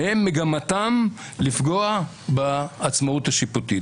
מגמתם לפגוע בעצמאות השיפוטית.